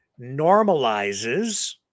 normalizes